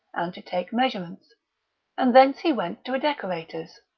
and to take measurements and thence he went to a decorator's.